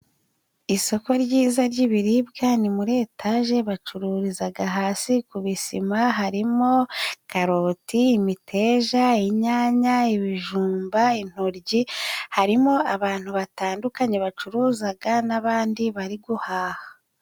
Isoko ryiza ry'ibiribwa ni muri etaje， bacururizaga hasi ku bisima， harimo karoti， imiteja， inyanya， ibijumba，intoryi，harimo abantu batandukanye bacuruzaga n'abandi bari guhaha.